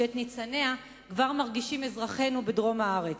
שאת ניצניה כבר מרגישים אזרחינו בדרום הארץ.